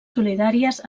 solidàries